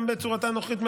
גם בצורתה הנוכחית,